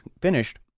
finished